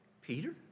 Peter